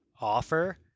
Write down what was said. offer